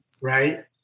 right